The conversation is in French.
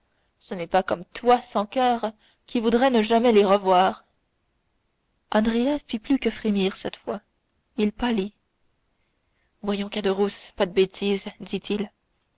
ce n'est pas comme toi sans coeur qui voudrais ne jamais les revoir andrea fit plus que frémir cette fois il pâlit voyons caderousse pas de bêtises dit-il